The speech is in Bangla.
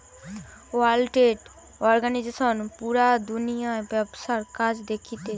ওয়ার্ল্ড ট্রেড অর্গানিজশন পুরা দুনিয়ার ব্যবসার কাজ দেখতিছে